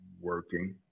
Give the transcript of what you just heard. working